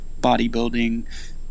bodybuilding